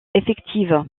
effective